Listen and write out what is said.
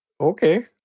Okay